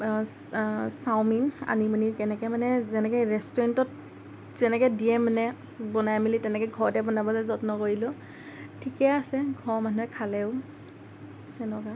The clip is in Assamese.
চাউমিন আনি মানে কেনেকৈ মানে যেনেকৈ ৰেষ্টুৰেণ্টত যেনেকৈ দিয়ে মানে বনাই মেলি তেনেকৈ ঘৰতে বনাবলৈ যত্ন কৰিলোঁ ঠিকেই আছে ঘৰৰ মানুহে খালেও সেনেকুৱা